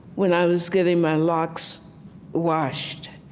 when i was getting my locks washed,